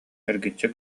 эргиччи